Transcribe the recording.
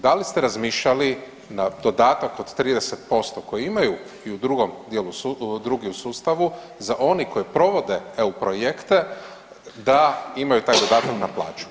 Da li ste razmišljati na dodatak od 30% koji imaju i u drugom dijelu .../nerazumljivo/... drugi u sustavu za oni koji provode EU projekte da imaju taj dodatak na plaću?